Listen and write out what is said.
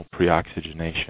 preoxygenation